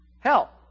Hell